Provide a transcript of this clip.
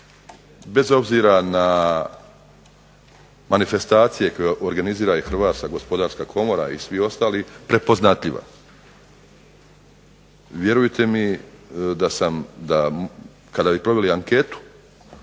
bez obzira na manifestacije koje organizira i Hrvatska gospodarska komora i svi ostali prepoznatljiva. Vjerujte mi kada bi proveli anketu